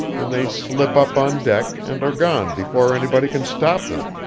and they slip up on deck and are gone before anybody can stop them,